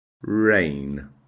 rain